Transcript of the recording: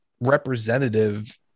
representative